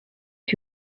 are